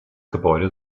gebäude